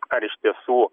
ar iš tiesų